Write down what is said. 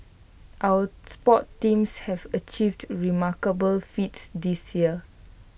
our sports teams have achieved remarkable feats this year